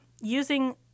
using